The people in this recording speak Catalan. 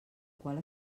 qual